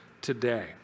today